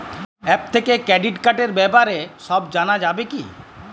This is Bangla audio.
অ্যাপ থেকে ক্রেডিট কার্ডর ব্যাপারে সব জানা যাবে কি?